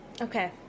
Okay